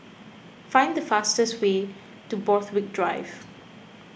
find the fastest way to Borthwick Drive